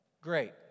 Great